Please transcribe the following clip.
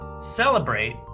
celebrate